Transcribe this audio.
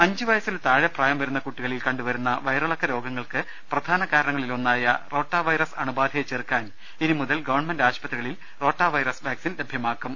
അഞ്ച് വയസ്സിനു താഴെ പ്രായംവരുന്ന കുട്ടികളിൽ കണ്ടുവരുന്ന വയറിളക്ക രോഗങ്ങൾക്ക് പ്രധാന കാരണങ്ങളിലൊന്നായ റോട്ടാവൈറസ് അണുബാധയെ ചെറുക്കാൻ ഇനിമുതൽ ഗവൺമെൻറ് ആശുപത്രികളിൽ റോട്ടാ വൈറസ് വാക്സിൻ ലഭ്യമാക്കും